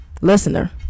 Listener